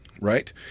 Right